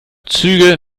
züge